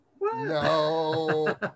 No